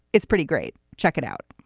it's pretty great. check it out.